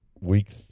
week